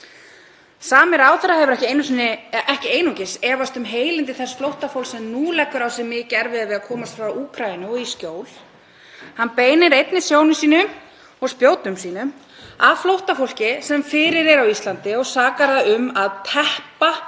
Sami ráðherra hefur ekki einungis efast um heilindi þess flóttafólks sem nú leggur á sig mikið erfiði við að komast frá Úkraínu og í skjól, hann beinir einnig sjónum sínum og spjótum að flóttafólki sem fyrir er á Íslandi og sakar það um að teppa